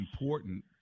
important